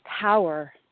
power